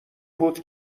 بود